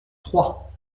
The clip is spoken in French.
troyes